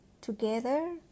together